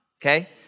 okay